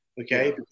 Okay